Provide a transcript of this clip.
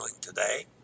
today